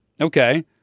Okay